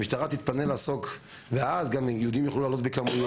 המשטרה תתפנה לעסוק -- יהודים יוכלו לעלות בכמויות